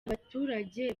abaturage